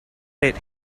did